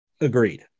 Agreed